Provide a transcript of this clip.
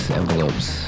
envelopes